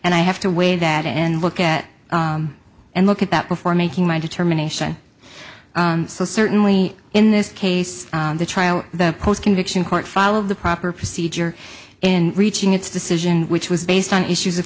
and i have to weigh that and look at and look at that before making my determination so certainly in this case the trial the post conviction court file of the proper procedure in reaching its decision which was based on issues of